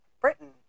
Britain